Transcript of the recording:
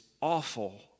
awful